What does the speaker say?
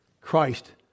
Christ